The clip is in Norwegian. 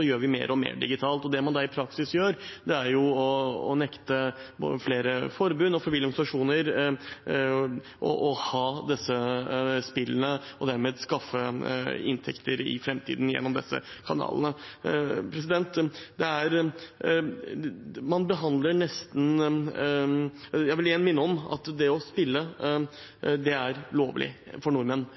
å nekte flere forbund og frivillige organisasjoner å ha disse spillene og dermed skaffe inntekter i framtiden gjennom disse kanalene. Jeg vil igjen minne om at det å spille er lovlig for nordmenn, enten det er hos monopolaktørene eller hos andre aktører, men man har valgt å føre en politikk hvor man gjør det vanskeligere og vanskeligere for nordmenn